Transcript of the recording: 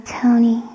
Tony